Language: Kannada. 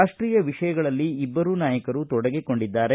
ರಾಷ್ಟೀಯ ವಿಷಯಗಳಲ್ಲಿ ಇಬ್ಬರೂ ನಾಯಕರೂ ತೊಡಗಿಕೊಂಡಿದ್ದಾರೆ